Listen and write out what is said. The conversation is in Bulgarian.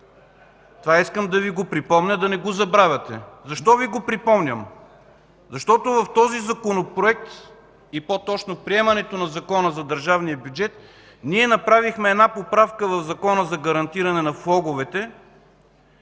Това искам да Ви го припомня, да не го забравяте. Защо Ви го припомням? Защото в този Законопроект, и по-точно в приемането на Закона за държавния бюджет, направихме една поправка в Закона за гарантиране на влоговете.